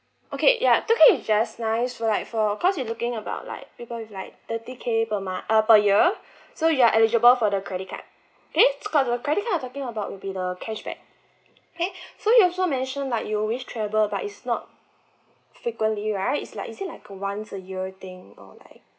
okay ya two K is just nice for like for cause we looking about like people with like thirty K per month uh per year so you are eligible for the credit okay so called the credit card talking about would be the cashback okay so you also mention like you wish travel but it's not frequently right is like is it like once a year thing or like